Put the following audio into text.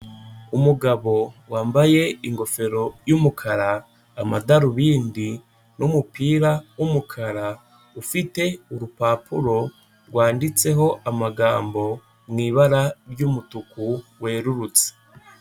Umugabo wambaye ingofero y'umukara, amadarubindi n'umupira w'umukara, ufite urupapuro rwanditseho amagambo mu ibara ry'umutuku werurutse.